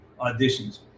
auditions